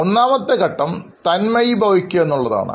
ഒന്നാമത്തെ ഘട്ടം തന്മയിഭവിക്കുക എന്നുള്ളതാണ്